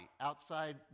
outside